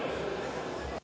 Hvala